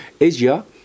Asia